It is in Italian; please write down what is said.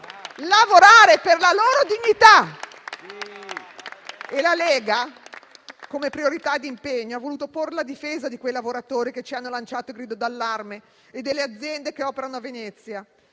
lavorare per la loro dignità. La Lega, come impegno prioritario, ha voluto porre la difesa di quei lavoratori che ci hanno lanciato il grido d'allarme e delle aziende che operano a Venezia.